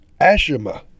Ashima